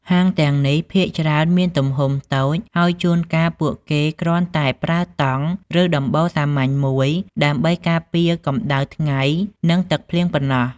ហាងទាំងនេះភាគច្រើនមានទំហំតូច ហើយជួនកាលពួកគេគ្រាន់តែប្រើតង់ ឬដំបូលសាមញ្ញមួយដើម្បីការពារពីកម្ដៅថ្ងៃនិងទឹកភ្លៀងប៉ុណ្ណោះ។